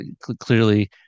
clearly